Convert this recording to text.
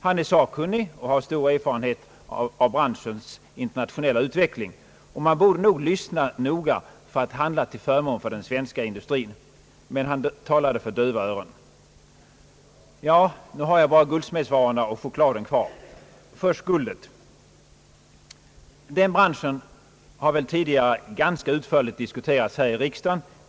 Han är sakkunnig och har stor erfarenhet av branschens internationella utveckling, och man borde lyssna noga för att handla till förmån för den svenska industrin. Men han talade för döva öron. Nu har jag bara guldsmedsvarorna och chokladen kvar. Först guldet. Den branschen har tidigare ganska utförligt diskuterats här i riksdagen.